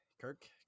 Kirk